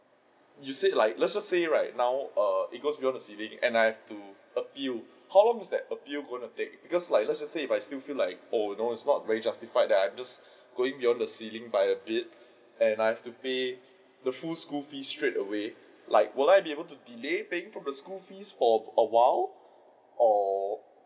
you say like let's just say right now err it goes beyond the ceiling and I have to appeal how long is that appeal going to take because like let's say if I still feel like oh it's not very justified that I'm just going beyond the ceiling by a bit and I have to pay the full school fees straight away like will I be able to delay from paying the school fees for awhile or